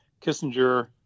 Kissinger